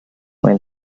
when